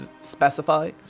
specify